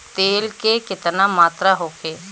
तेल के केतना मात्रा होखे?